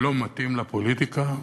לא מתאים לפוליטיקה,